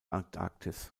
antarktis